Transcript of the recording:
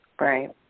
Right